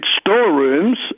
storerooms